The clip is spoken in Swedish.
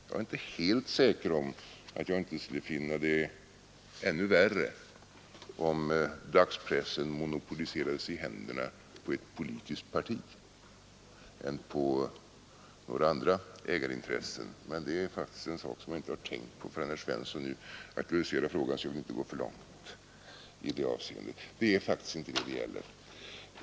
Jag är inte helt säker på att jag inte skulle finna det ännu värre om dagspressen monopoliserades i händerna på ett politiskt parti än på några andra ägarintressen. Men det är faktiskt en sak som jag inte har tänkt på förrän herr Svensson i Eskilstuna nu aktualiserar frågan, så jag vill inte gå för långt i det avseendet. Det är faktiskt inte detta det gäller.